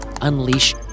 unleash